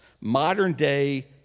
modern-day